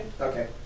Okay